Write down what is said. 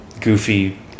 goofy